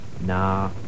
Nah